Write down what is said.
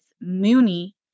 Mooney